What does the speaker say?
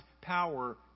power